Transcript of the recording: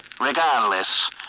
Regardless